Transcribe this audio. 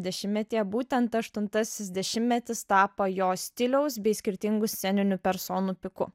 dešimtmetyje būtent aštuntasis dešimtmetis tapo jo stiliaus bei skirtingų sceninių personų piku